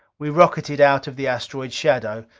we rocketed out of the asteroid's shadow.